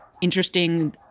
interesting